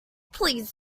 please